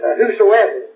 whosoever